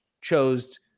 chose